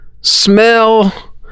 smell